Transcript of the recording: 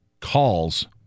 calls